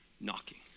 knocking